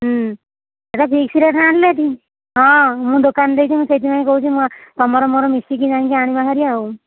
ଏଟା fix rate ଆଣିଲେ ଏଠ ହଁ ମୁଁ ଦୋକାନ ଦେଇଛି ମୁଁ ସେଇଥିପାଇଁ କହୁଛି ମୁଁ ତମର ମୋର ମିଶିକି ଯାଇକି ଆଣିବା ହାରି ଆଉ